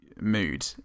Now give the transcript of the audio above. mood